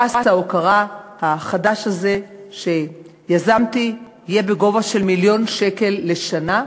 פרס ההוקרה החדש הזה שיזמתי יהיה בגובה של מיליון שקל לשנה,